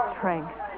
Strength